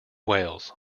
wales